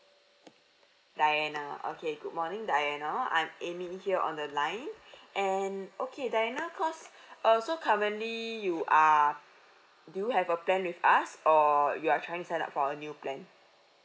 diana okay good morning diana I'm amy here on the line and okay diana because so currently you are do you have a plan with us or you're trying to sign up for a new plan